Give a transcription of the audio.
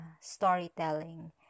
storytelling